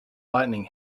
lightning